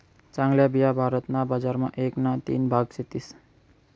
चांगल्या बिया भारत ना बजार मा एक ना तीन भाग सेतीस